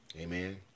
amen